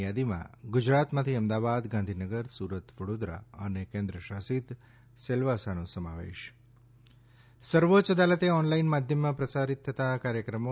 યાદીમાં ગુજરાતમાંથી અમદાવાદ ગાંધીનગર સુરત વડોદરા અને કેન્દ્રશાસિત સિલવાસાનો સમાવેશ સર્વોચ્ય અદાલતે ઓનલાઈન માધ્યમમાં પ્રસારિત થતા કાર્યક્રમો